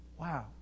Wow